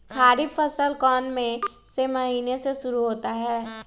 खरीफ फसल कौन में से महीने से शुरू होता है?